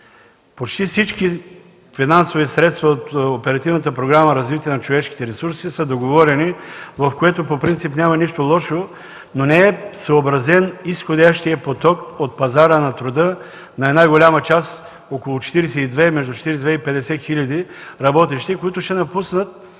„Развитие на човешките ресурси” са договорени, в което по принцип няма нищо лошо, но не е съобразен изходящият поток от пазара на труда на една голяма част – около 42 и между 42 и 50 хиляди работещи, които ще напуснат